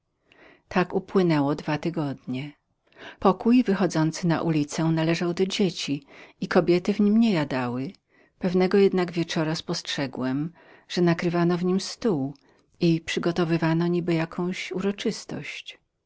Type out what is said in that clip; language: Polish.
tak upłynęło piętnaście dni pokój wychodzący na ulicę należał do dzieci i kobiety w nim nie jadały pewnego jednak wieczora spostrzegłem że nakrywano w nim stół i przygotowywano niby jakąś uroczystość